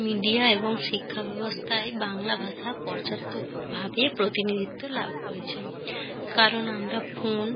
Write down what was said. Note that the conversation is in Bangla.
মিডিয়া এবং শিক্ষা ব্যবস্থায় বাংলা ভাষা পর্যাপ্তভাবে প্রতিনিধিত্ব লাভ করেছে কারণ আমরা ফোন